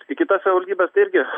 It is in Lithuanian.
į kitas savivaldybes tai irgi